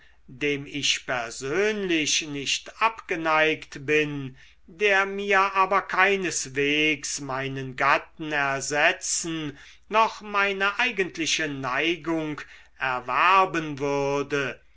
dem ich persönlich nicht abgeneigt bin der mir aber keineswegs meinen gatten ersetzen noch meine eigentliche neigung erwerben würde